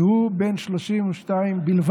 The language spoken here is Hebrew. והוא בן 32 בלבד,